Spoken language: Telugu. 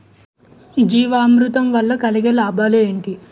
జీవామృతం వల్ల కలిగే లాభాలు ఏంటి?